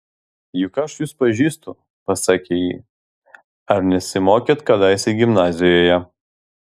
juk aš jus pažįstu pasakė ji ar nesimokėt kadaise gimnazijoje